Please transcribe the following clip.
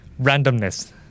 Randomness